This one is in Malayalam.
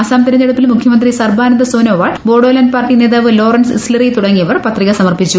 അസം തെരഞ്ഞെ ടുപ്പിൽ മുഖ്യമന്ത്രി സർബാനന്ദ് സോനോവാൾ ബോഡോലാന്റ് പാർട്ടി നേതാവ് ലോറൻസ് ഇസ്തറി തുടങ്ങിയവർ പത്രിക സമർപ്പിച്ചു